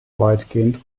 weitgehend